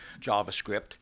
JavaScript